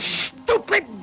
stupid